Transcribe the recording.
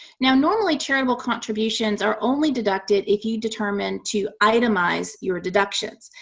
now, normally charitable contributions are only deducted if you determine to itemize your deductions.